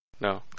No